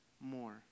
more